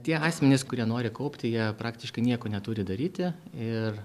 tie asmenys kurie nori kaupti jie praktiškai nieko neturi daryti ir